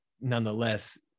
nonetheless